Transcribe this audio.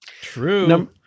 True